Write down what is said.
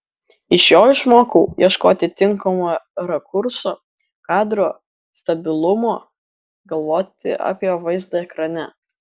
iš jo išmokau ieškoti tinkamo rakurso kadro stabilumo galvoti apie vaizdą ekrane